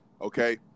okay